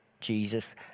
Jesus